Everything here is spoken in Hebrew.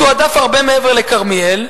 מתועדף הרבה מעבר לכרמיאל.